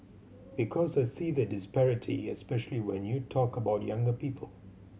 because I see the disparity especially when you talk about younger people